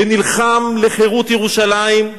ונלחם לחירות ירושלים,